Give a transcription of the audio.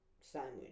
Sandwich